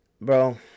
bro